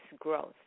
growth